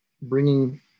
bringing